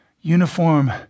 uniform